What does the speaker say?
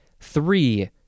Three